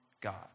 God